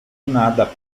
nada